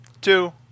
two